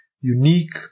unique